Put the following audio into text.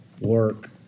work